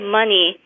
money